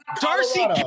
Darcy